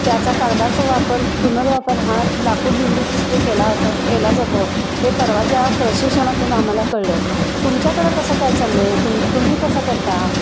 त्याचा कागदाचा वापर पुनर्वापर हा लाकूड निर्मितीसाठी केला त केला जातो हे परवाच्या प्रशिक्षणातून आम्हाला कळलं तुमच्याकडं कसं काय चाललंय तुम तुम्ही कसं करता